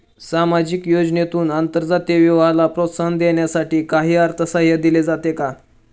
सामाजिक योजनेतून आंतरजातीय विवाहाला प्रोत्साहन देण्यासाठी काही अर्थसहाय्य दिले जाते का?